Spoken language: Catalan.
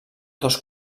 dos